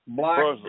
black